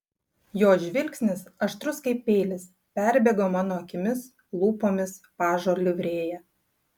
jo žvilgsnis aštrus kaip peilis perbėgo mano akimis lūpomis pažo livrėja